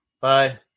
Bye